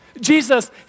Jesus